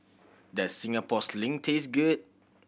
does Singapore Sling taste good